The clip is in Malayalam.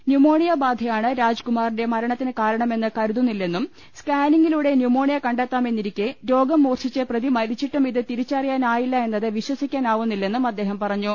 ന്യൂമോ ണിയ ബാധയാണ് രാജ്കുമാറിന്റെ മരണത്തിന് കാരണമെന്ന് കരുതുന്നില്ലെന്നും സ്കാനിംഗിലൂടെ ന്യൂമോണിയ കണ്ടെ ത്താമെന്നിരിക്കെ രോഗം മൂർച്ഛിച്ച് പ്രതി മരിച്ചിട്ടും ഇത് തിരി ച്ചറിയാനായില്ല എന്നത് വിശ്വസിക്കാനാവുന്നില്ലെന്നും അദ്ദേഹം പറഞ്ഞു